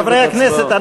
חברי הכנסת,